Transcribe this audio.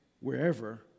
wherever